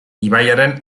ibaiaren